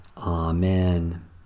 Amen